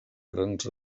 grans